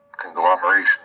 conglomeration